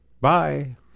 bye